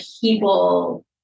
people